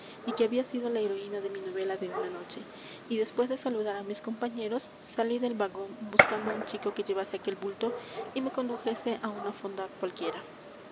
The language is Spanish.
y que había sido la heroína de mi novela de una noche y después de saludar á mis compañeros salí del vagón buscando á un chico que llevase aquel bulto y me condujese á una fonda cualquiera